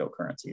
cryptocurrencies